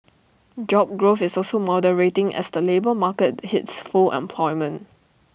job growth is also moderating as the labour market hits full employment